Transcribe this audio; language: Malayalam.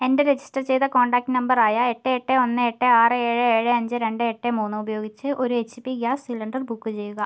എൻ്റെ രജിസ്റ്റർ ചെയ്ത കോൺടാക്റ്റ് നമ്പറായ എട്ട് എട്ട് ഒന്ന് എട്ട് ആറ് ഏഴ് ഏഴ് അഞ്ച് രണ്ട് എട്ട് മൂന്ന് ഉപയോഗിച്ച് ഒരു H P gas cylinder book ചെയ്യുക